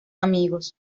amigos